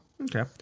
Okay